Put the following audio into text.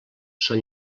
són